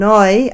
Noi